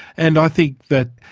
and i think that,